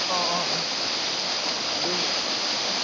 ꯑꯣ ꯑꯣ ꯑꯣ ꯑꯗꯨ